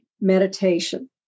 meditation